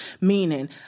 meaning